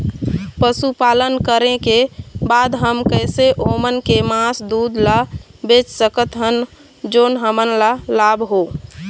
पशुपालन करें के बाद हम कैसे ओमन के मास, दूध ला बेच सकत हन जोन हमन ला लाभ हो?